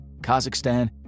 Kazakhstan